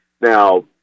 Now